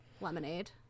Lemonade